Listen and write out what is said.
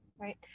right